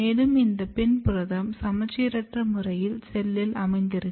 மேலும் இந்த PIN புரதம் சமச்சீரற்ற முறையில் செல்லில் அமைந்திருக்கும்